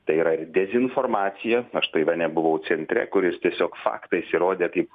tai yra ir dezinformacija aš taivane buvau centre kuris tiesiog faktais įrodė kaip